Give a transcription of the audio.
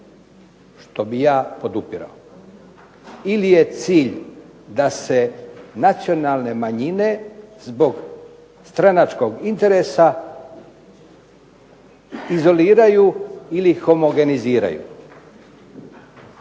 Što bi ja podupirao. Ili je cilj da se nacionalne manjine zbog stranačkog interesa izoliraju ili homogeniziraju?